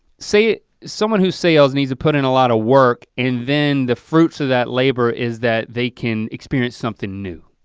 someone who sails needs to put in a lot of work and then the fruits of that labor is that they can experience something new.